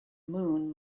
moon